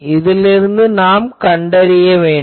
இதிலிருந்து கண்டுபிடிக்க வேண்டும்